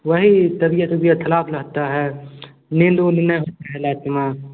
वही तबीयत उबीयत खराब रहता है नींद उंद नहीं होता